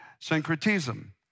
syncretism